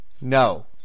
No